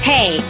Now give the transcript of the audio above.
Hey